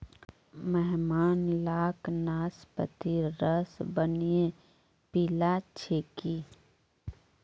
मेहमान लाक नाशपातीर रस बनइ पीला छिकि